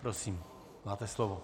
Prosím, máte slovo.